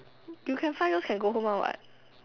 you can find those can go home one what